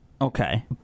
Okay